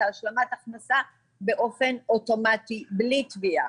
השלמת ההכנסה באופן אוטומטי בלי תביעה.